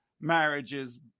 marriages